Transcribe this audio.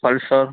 pulsar